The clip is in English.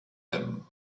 them